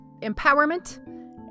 empowerment